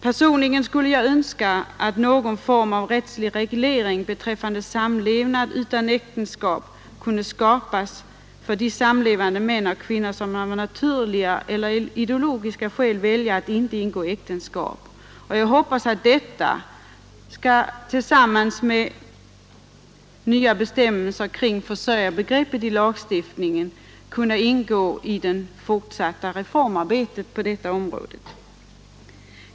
Personligen skulle jag önska att någon form av rättslig reglering beträffande samlevnad utan äktenskap kunde skapas för de samlevande män och kvinnor som av naturliga eller ideologiska skäl väljer att inte ingå äktenskap. Jag hoppas att detta tillsammans med nya bestämmelser kring försörjarbegreppet i lagstiftningen skall kunna ingå i det fortsatta reformarbetet på detta område.